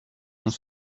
sont